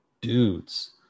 dudes